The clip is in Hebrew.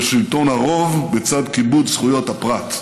של שלטון הרוב בצד כיבוד זכויות הפרט,